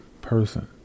person